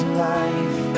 life